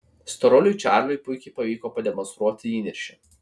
storuliui čarliui puikiai pavyko pademonstruoti įniršį